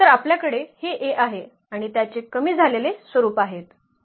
तर आपल्याकडे हे A आहे आणि त्याचे कमी झालेलेले स्वरूप आहेत